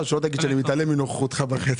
האשראי מהם, הריביות שלהם גבוהות